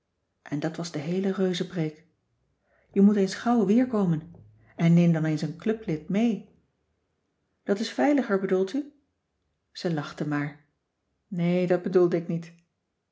en dat was de heele reuzepreek je moet eens gauw weerkomen en neem dan eens een clublid mee dat is veiliger bedoelt u ze lachte maar nee dat bedoelde ik niet